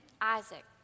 Isaac